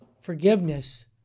forgiveness